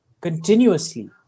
continuously